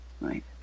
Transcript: right